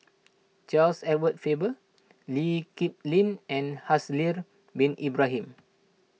Charles Edward Faber Lee Kip Lin and Haslir Bin Ibrahim